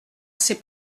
ces